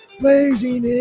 blazing